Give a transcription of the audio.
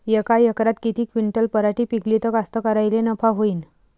यका एकरात किती क्विंटल पराटी पिकली त कास्तकाराइले नफा होईन?